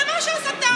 זה הסתה.